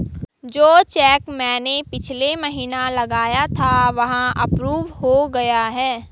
जो चैक मैंने पिछले महीना लगाया था वह अप्रूव हो गया है